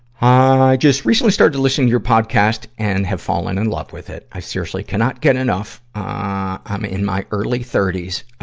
i just recently started to listen to your podcast and have fallen in love with it. i seriously cannot get enough. ah i'm in my early thirty s.